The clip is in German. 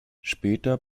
später